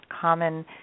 common